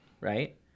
right